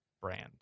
brand